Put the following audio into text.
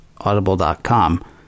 Audible.com